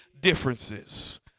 differences